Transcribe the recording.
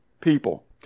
People